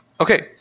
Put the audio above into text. Okay